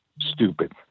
stupid